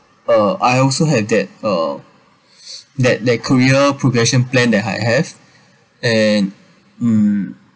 uh I also have that uh that that career progression plan that I have and um